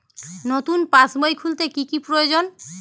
নতুন পাশবই খুলতে কি কি প্রয়োজন?